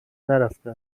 نرفته